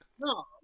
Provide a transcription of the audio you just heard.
No